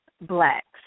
blacks